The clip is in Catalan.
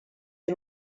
amb